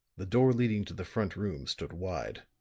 the door leading to the front room stood wide.